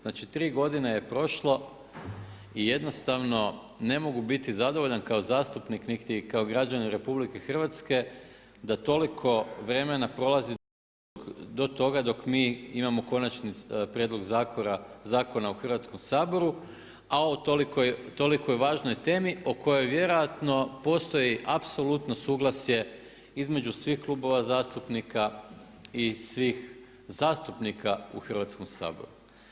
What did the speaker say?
Znači 3 godine je prošlo i jednostavno ne mogu biti zadovoljan ka zastupnik niti kao građanin RH da toliko vremena prolazi do toga dok mi imamo konačni prijedlog zakona u Hrvatskom saboru a o toliko važnoj temi o kojoj vjerojatno postoji apsolutno suglasje između svih klubova zastupnika i svih zastupnika u Hrvatskom saboru.